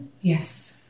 Yes